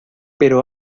pero